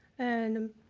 and